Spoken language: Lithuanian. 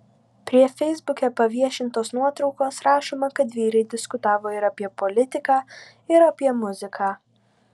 prie feisbuke paviešintos nuotraukos rašoma kad vyrai diskutavo ir apie politiką ir apie muziką